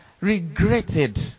regretted